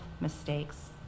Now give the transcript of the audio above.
mistakes